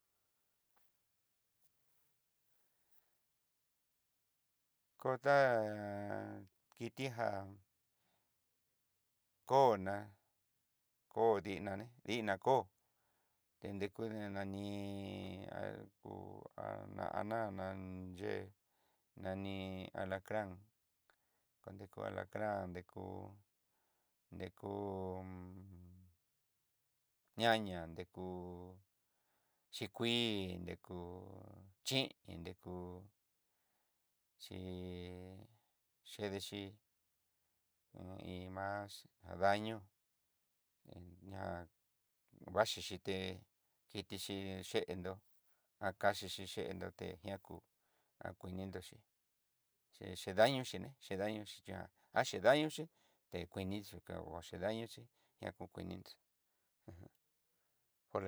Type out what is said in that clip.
Kodá kiti ján koó ná koó di nani dina koó, kende kú nani akú nan yé nani alagran, kodeku alagran dekú dekú ñaña dekú xhikuii, dekú chi'in dekú, chí xhedexí un iin más daño ña vaxhi té té kiti xhí xhendó akaxhio xhi xhendó, té ña kú ii ni no xhí xhixi daño xíni xhi daño xhí ña axhí dañoxhí tekuini xhukahua ñaxidañoxi ñakokuinix.